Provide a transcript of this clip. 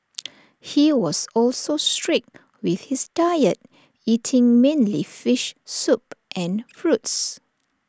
he was also strict with his diet eating mainly fish soup and fruits